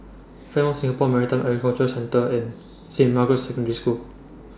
Fairmont Singapore Marine Aquaculture Centre and Saint Margaret's Secondary School